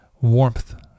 warmth